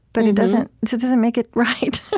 but it doesn't so doesn't make it right.